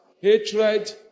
hatred